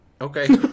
Okay